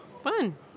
fun